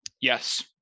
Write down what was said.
Yes